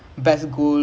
why